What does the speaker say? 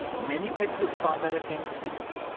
many people would find that offensive.